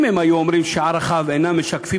אם הם היו אומרים שערכיו אינם משקפים